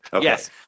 Yes